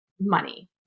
money